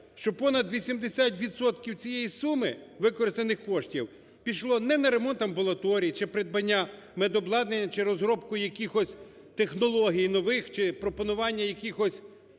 що понад 80 відсотків цієї суми використаних коштів пішло не на ремонт амбулаторій чи придбання медобладнання чи розробку якихось технологій нових чи пропонування якихось